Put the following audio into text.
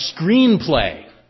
screenplay